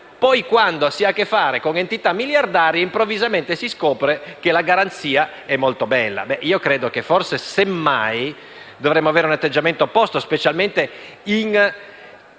poi quando si ha a che fare con entità miliardarie improvvisamente si scopre che la garanzia è molto bella. Io credo che forse, semmai, dovremmo avere l'atteggiamento opposto, specialmente in